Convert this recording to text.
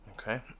Okay